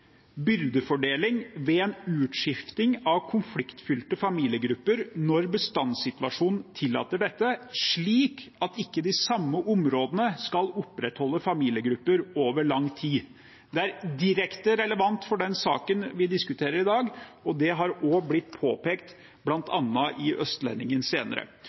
byrdefordeling ved en utskifting av konfliktfylte familiegrupper når bestandssituasjonen tillater dette, slik at ikke de samme områdene skal opprettholde familiegrupper over lang tid.» Dette er direkte relevant for den saken vi diskuterer i dag. Det har også blitt påpekt bl.a. i Østlendingen senere.